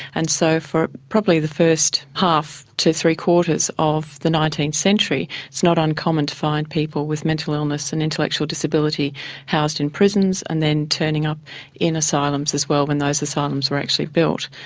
and so for probably the first half to three-quarters of the nineteenth century it's not uncommon to find people with mental illness and intellectual disability housed in prisons, and then turning up in asylums as well when those asylums were actually built.